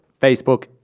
Facebook